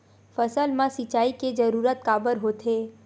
फसल मा सिंचाई के जरूरत काबर होथे?